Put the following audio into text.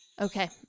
Okay